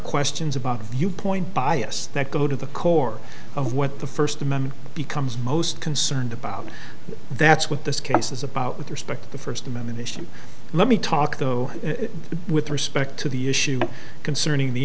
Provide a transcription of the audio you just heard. questions about a viewpoint bias that go to the core of what the first amendment becomes most concerned about that's what this case is about with respect to the first amendment issue let me talk though with respect to the issue concerning the